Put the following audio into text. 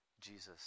Jesus